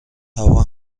هوا